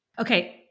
Okay